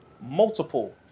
Multiple